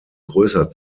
größer